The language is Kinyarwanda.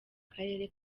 karere